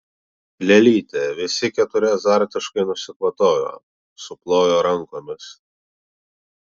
lėlytė visi keturi azartiškai nusikvatojo suplojo rankomis